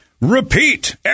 repeat